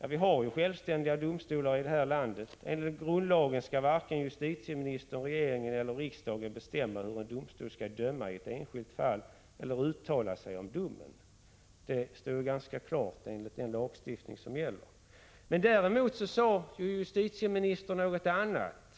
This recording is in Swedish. Vi har ju självständiga domstolar i det här landet. Enligt grundlagen skall varken justitieministern, regeringen eller riksdagen bestämma hur en domstol skall döma i ett enskilt fall eller uttala sig om domen. Det står ganska klart enligt den lagstiftning som gäller. Däremot sade justitieministern något annat.